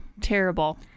terrible